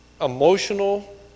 emotional